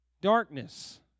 Darkness